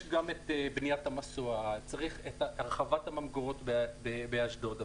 יש גם את בניית המסוע והרחבת הממגורות באשדוד.